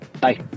Bye